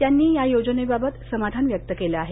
त्यांनी या योजनेबाबत समाधान व्यक्त केलं आहे